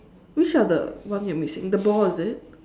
which are the one you missing the ball is it